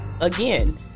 again